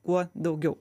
kuo daugiau